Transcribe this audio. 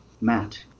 Matt